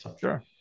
Sure